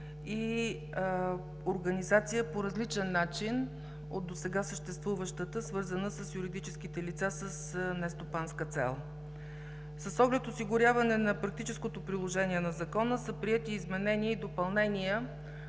и организация по различен начин от досега съществуващата, свързана с юридическите лица с нестопанска цел. С оглед на осигуряване на практическото приложение на Закона са приети изменения и допълнения